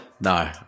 no